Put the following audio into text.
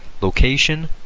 location